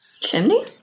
Chimney